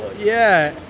yeah.